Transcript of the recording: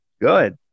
Good